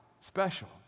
special